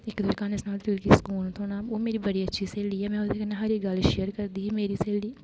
इक दुए गी क्हानी सनाङ मेरे दिल गी सकून थ्होना ओह् मेरी बड़ी अच्छी स्हेली ऐ में ओह्दे कन्नै हर इक गल्ल शेयर करदी ही मेरी स्हेली